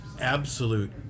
absolute